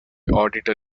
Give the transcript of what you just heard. auditor